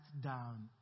down